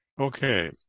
Okay